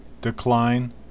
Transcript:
decline